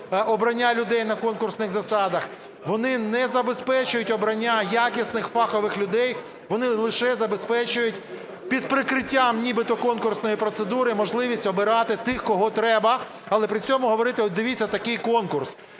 обрання людей на конкурсних засадах, вони не забезпечують обрання якісних фахових людей, вони лише забезпечують під прикриттям нібито конкурсної процедури можливість обирати тих, кого треба, але при цьому говорити: от дивіться, такий конкурс.